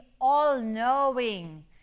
all-knowing